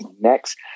next